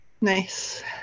Nice